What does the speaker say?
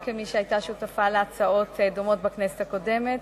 גם כמי שהיתה שותפה להצעות דומות בכנסת הקודמת.